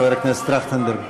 חבר הכנסת טרכטנברג.